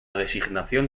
designación